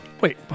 Wait